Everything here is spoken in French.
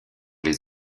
les